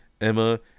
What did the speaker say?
Emma